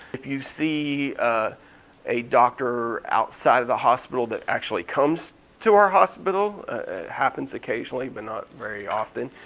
if you see a doctor outside of the hospital that actually comes to our hospital, it happens occasionally but not very often,